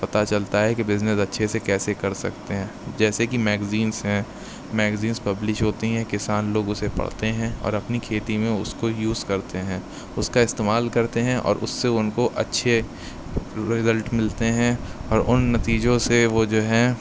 پتا چلتا ہے کہ بزنس اچھے سے کیسے کر سکتے ہیں جیسے کہ میگزینس ہیں میگزینس پبلش ہوتی ہیں کسان لوگ اسے پڑھتے ہیں اور اپنی کھیتی میں اس کو یوز کرتے ہیں اس کا استعمال کرتے ہیں اور اس سے ان کو اچھے رزلٹ ملتے ہیں اور ان نتیجوں سے وہ جو ہیں